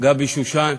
גבי שושן,